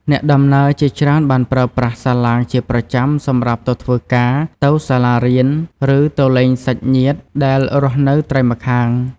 អ្នកដំណើរជាច្រើនបានប្រើប្រាស់សាឡាងជាប្រចាំសម្រាប់ទៅធ្វើការ ទៅសាលារៀន ឬទៅលេងសាច់ញាតិដែលរស់នៅត្រើយម្ខាង។